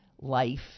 life